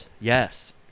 Yes